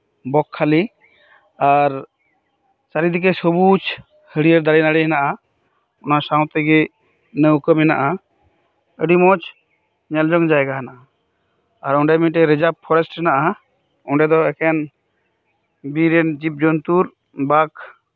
ᱵᱚᱠᱠᱷᱟᱞᱤ ᱟᱨ ᱪᱟᱨᱤᱫᱤᱠᱮ ᱥᱚᱵᱩᱡ ᱦᱟᱹᱲᱭᱟᱹᱲ ᱫᱟᱨᱮ ᱱᱟᱹᱲᱤ ᱢᱮᱱᱟᱜᱼᱟ ᱚᱱᱟ ᱥᱟᱶ ᱛᱮᱜᱮ ᱞᱟᱹᱣᱠᱟᱹ ᱢᱮᱱᱟᱜᱼᱟ ᱟᱹᱰᱤ ᱢᱚᱸᱡᱽ ᱧᱮᱞ ᱡᱚᱝ ᱡᱟᱭᱜᱟ ᱦᱮᱱᱟᱜᱼᱟ ᱟᱨ ᱚᱸᱰᱮ ᱢᱤᱫᱴᱮᱱ ᱨᱤᱡᱟᱨᱵᱷ ᱯᱷᱚᱨᱮᱥᱴ ᱢᱮᱱᱟᱜᱼᱟ ᱚᱸᱰᱮ ᱫᱚ ᱮᱠᱮᱱ ᱵᱤᱨ ᱨᱮᱱ ᱡᱤᱵ ᱡᱚᱱᱛᱩᱨ ᱵᱟᱠ